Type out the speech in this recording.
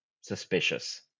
suspicious